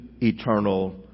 eternal